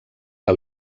que